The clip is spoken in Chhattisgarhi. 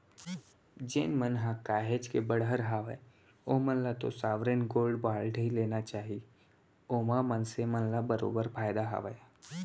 जेन मन ह काहेच के बड़हर हावय ओमन ल तो साँवरेन गोल्ड बांड ही लेना चाही ओमा मनसे ल बरोबर फायदा हावय